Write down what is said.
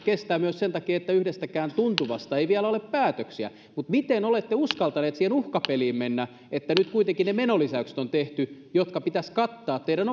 kestää myös sen takia että yhdestäkään tuntuvasta ei vielä ole päätöksiä mutta miten olette uskaltaneet siihen uhkapeliin mennä että nyt kuitenkin ne menolisäykset on tehty jotka pitäisi kattaa teidän